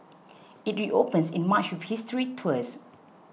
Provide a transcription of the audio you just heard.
it reopens in March with history tours